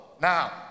now